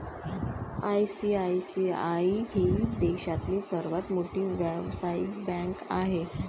ICICI ही देशातील सर्वात मोठी व्यावसायिक बँक आहे